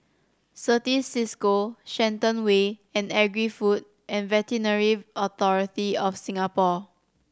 Certis Cisco Shenton Way and Agri Food and Veterinary Authority of Singapore